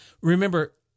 Remember